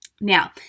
Now